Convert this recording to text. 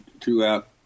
throughout